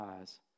eyes